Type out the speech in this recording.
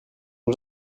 ont